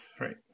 right